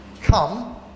Come